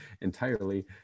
entirely